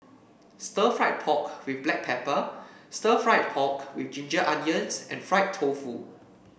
Stir Fried Pork with Black Pepper Stir Fried Pork with Ginger Onions and Fried Tofu